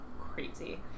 crazy